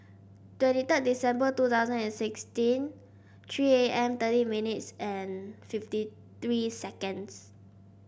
twenty third December two thousand and sixteen three A M thirty minutes and fifty three seconds